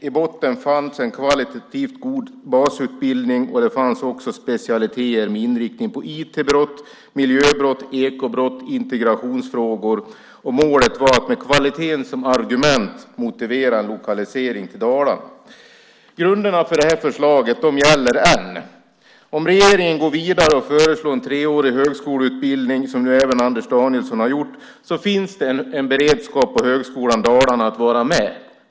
I botten fanns en kvalitativt god basutbildning, och det fanns också specialiteter med inriktning på IT-brott, miljöbrott, ekobrott och integrationsfrågor. Målet var att med kvaliteten som argument motivera en lokalisering till Dalarna. Grunderna för det här förslaget gäller än. Om regeringen går vidare och föreslår en treårig högskoleutbildning, som nu även Anders Danielsson har gjort, finns det en beredskap på Högskolan Dalarna att vara med.